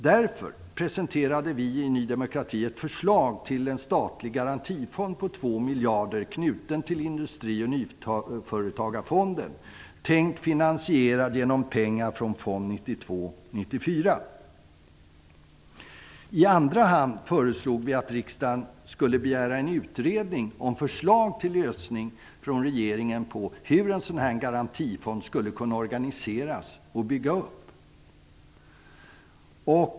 Därför presenterade vi i Ny demokrati ett förslag till en statlig garantifond på 2 I andra hand föreslog vi att riksdagen av regeringen skulle begära en utredning om förslag till lösning på hur en sådan här garantifond skulle kunna organiseras och byggas upp.